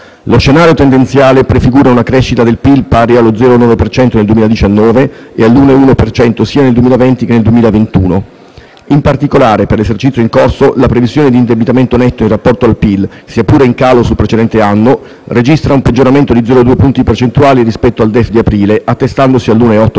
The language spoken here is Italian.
Lo scenario tendenziale prefigura una crescita del PIL pari allo 0,9 per cento nel 2019 e all'1,1 per cento sia nel 2020 che nel 2021. In particolare, per l'esercizio in corso, la previsione di indebitamento netto in rapporto al PIL, sia pure in calo sul precedente anno, registra un peggioramento di 0,2 punti percentuali rispetto al DEF di aprile, attestandosi all'1,8